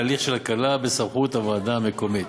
בהליך של הקלה בסמכות הוועדה המקומית.